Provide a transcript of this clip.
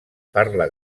parla